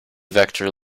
vector